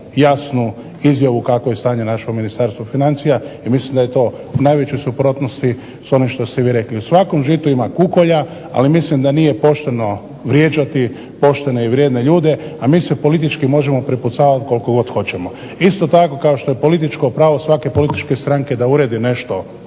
jasnu izjavu kakvo je stanje našao u Ministarstvu financija i mislim da je to u najvećoj suprotnosti s onim što ste vi rekli. U svakom žitu ima kukolja ali mislim da nije pošteno vrijeđati poštene i vrijedne ljude, a mi se politički možemo prepucavati koliko god hoćemo. Isto tako kao što je političko pravo svake političke stranke da uredi nešto